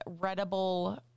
readable